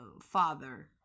father